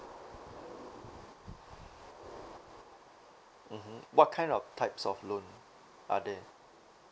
mmhmm what kind of types of loan are there